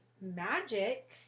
magic